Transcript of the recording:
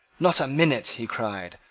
not a minute, he cried,